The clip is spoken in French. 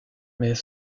mais